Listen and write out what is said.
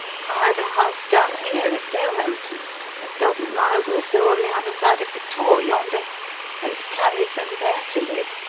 hired a house down here at dalehampton a dozen miles or so on the other side of the tor, yonder and carried them there to live.